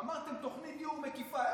אמרתם: תוכנית דיור מקיפה.